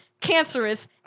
cancerous